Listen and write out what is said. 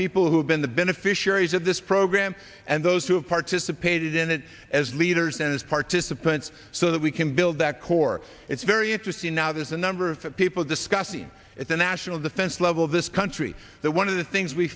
people who have been the beneficiaries of this program and those who have participated in it as leaders and as participants so that we can build that core it's very interesting now there's a number of people discussing it the national defense level of this country that one of the things we